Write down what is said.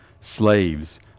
Slaves